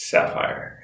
Sapphire